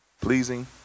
pleasing